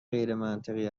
غیرمنطقی